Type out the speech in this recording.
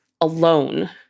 alone